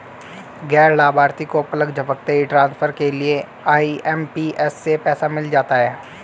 गैर लाभार्थी को पलक झपकते ही ट्रांसफर के लिए आई.एम.पी.एस से पैसा मिल जाता है